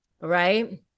Right